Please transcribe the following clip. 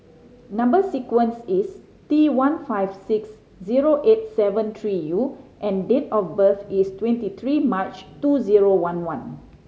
number sequence is T one five six zero eight seven three U and date of birth is twenty three March two zero one one